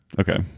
Okay